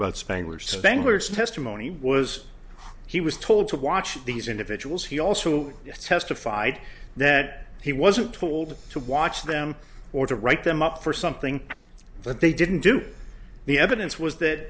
testimony was he was told to watch these individuals he also testified that he wasn't told to watch them or to write them up for something that they didn't do the evidence was that